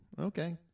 Okay